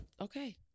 okay